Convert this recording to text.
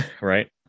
right